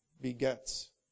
begets